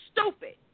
stupid